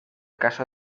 caso